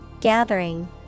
Gathering